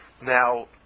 Now